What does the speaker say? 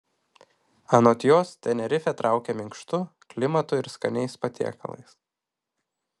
anot jos tenerifė traukia minkštu klimatu ir skaniais patiekalais